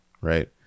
right